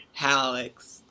Alex